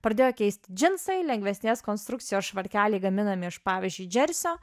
pradėjo keisti džinsai lengvesnės konstrukcijos švarkeliai gaminami iš pavyzdžiui džersio